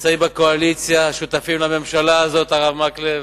נמצאים בקואליציה, שותפים לממשלה הזאת, הרב מקלב,